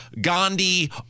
gandhi